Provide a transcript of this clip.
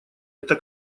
это